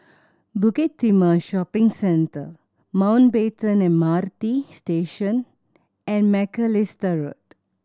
Bukit Timah Shopping Centre Mountbatten M R T Station and Macalister Road